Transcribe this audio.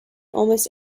almost